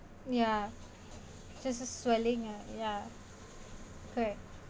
ya just a swelling ah ya okay